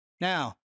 Now